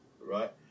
right